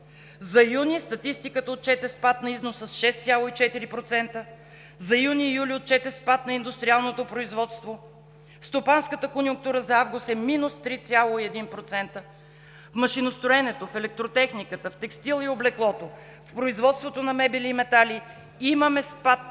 юни статистиката отчете спад на износа с 6,4%, за месеците юни – юли отчете спад на индустриалното производство; стопанската конюнктура за месец август е минус 3,1%; в машиностроенето, в електротехниката, в текстила и облеклото, в производството на мебели и метали имаме спад